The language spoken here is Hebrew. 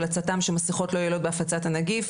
הצט"מ שמסכות לא יעילות בהפצת הנגיף,